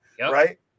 right